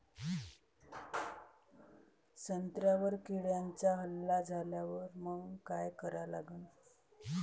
संत्र्यावर किड्यांचा हल्ला झाल्यावर मंग काय करा लागन?